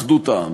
להמשיך להתייצב.